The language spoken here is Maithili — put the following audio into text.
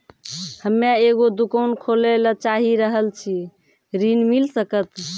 हम्मे एगो दुकान खोले ला चाही रहल छी ऋण मिल सकत?